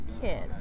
kid